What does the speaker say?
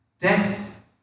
Death